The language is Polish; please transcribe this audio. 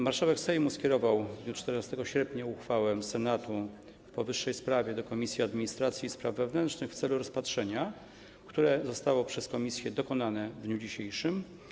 Marszałek Sejmu w dniu 14 sierpnia skierował uchwałę Senatu w powyższej sprawie do Komisji Administracji i Spraw Wewnętrznych w celu rozpatrzenia, które zostało przez komisję dokonane w dniu dzisiejszym.